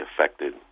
affected